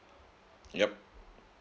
yup